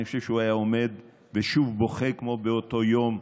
אני חושב שהוא היה עומד ושוב בוכה, כמו באותו יום,